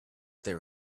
there